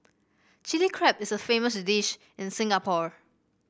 Chilli Crab is a famous dish in Singapore